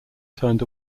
turned